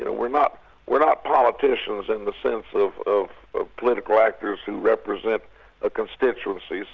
and we're not we're not politicians in the sense of of but political actors who represent a constituency,